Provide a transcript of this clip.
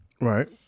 Right